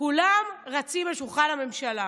כולם רצים לשולחן הממשלה.